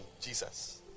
Jesus